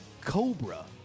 Cobra